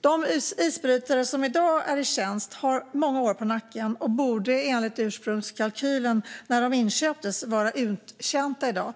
De isbrytare som i dag är i tjänst har många år på nacken och borde enligt ursprungskalkylen från när de inköptes vara uttjänta i dag,